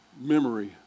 memory